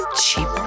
cheap